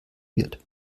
wird